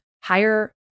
higher